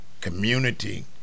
community